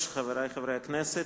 חברי חברי הכנסת,